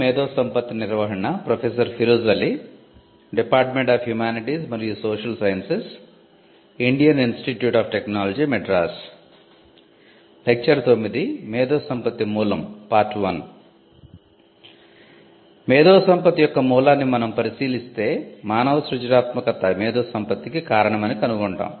మేధో సంపత్తి యొక్క మూలాన్ని మనం పరిశీలిస్తే మానవ సృజనాత్మకత మేధో సంపత్తికి కారణమని కనుగొంటాము